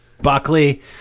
Buckley